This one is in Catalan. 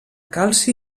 calci